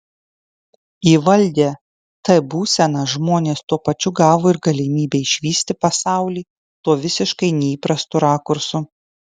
įvaldę t būseną žmonės tuo pačiu gavo ir galimybę išvysti pasaulį tuo visiškai neįprastu rakursu